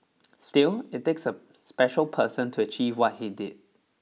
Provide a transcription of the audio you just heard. still it takes a special person to achieve what he did